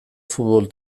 futbol